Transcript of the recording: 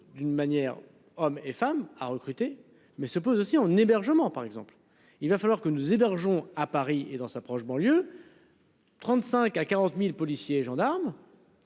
d'une manière, hommes et femmes à recruter. Mais se pose aussi en hébergement par exemple il va falloir que nous hébergeons à Paris et dans sa proche banlieue. 35 à 40.000 policiers et gendarmes.